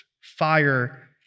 fire